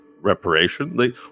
reparation